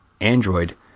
Android